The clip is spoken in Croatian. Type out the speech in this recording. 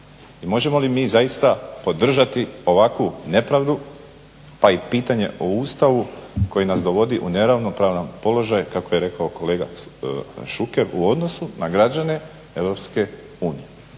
možemo li mi zaista podržati ovakvu nepravdu pa i pitanje o Ustavu koje na s dovodi u neravnopravan položaj kako je rekao kolega Šuker u odnosu na građane EU?